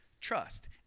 trust